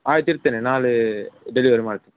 ಆಯ್ತು ಇಡ್ತೇನೆ ನಾಳೆ ಡೆಲಿವರಿ ಮಾಡ್ತೇನೆ